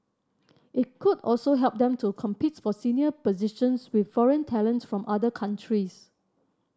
it could also help them to compete for senior positions with foreign talent from other countries